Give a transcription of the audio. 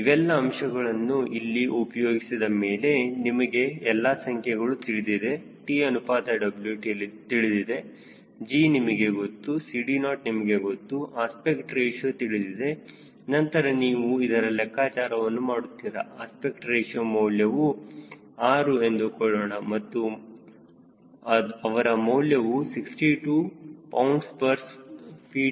ಇವೆಲ್ಲ ಅಂಶಗಳನ್ನು ಇಲ್ಲಿ ಉಪಯೋಗಿಸಿದ ಮೇಲೆ ನಿಮಗೆ ಎಲ್ಲಾ ಸಂಖ್ಯೆಗಳು ತಿಳಿದಿದೆ T ಅನುಪಾತ W ತಿಳಿದಿದೆ G ನಿಮಗೆ ಗೊತ್ತು CD0 ನಿಮಗೆ ತಿಳಿದಿದೆ ಅಸ್ಪೆಕ್ಟ್ ರೇಶಿಯೋ ತಿಳಿದಿದೆ ನಂತರ ನೀವು ಇದರ ಲೆಕ್ಕಾಚಾರವನ್ನು ಮಾಡುತ್ತೀರಾ ಅಸ್ಪೆಕ್ಟ್ ರೇಶಿಯೋ ಮೌಲ್ಯವು 6 ಎಂದುಕೊಳ್ಳೋಣ ಅವರ ಮೌಲ್ಯವು 62 lbft2 ಅಥವಾ 33